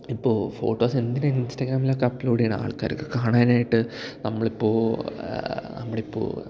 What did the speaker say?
ഇപ്പോൾ ഫോട്ടോസ് എന്തിനാണ് ഇൻസ്റ്റാഗ്രാമിലൊക്കെ അപ്ലോഡ് ചെയ്യുന്നത് ആൾക്കാർക്ക് കാണാനായിട്ട് നമ്മളിപ്പോൾ നമ്മളിപ്പോൾ